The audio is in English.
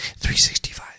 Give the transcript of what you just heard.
365